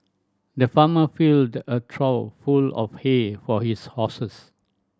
the farmer filled a trough full of hay for his horses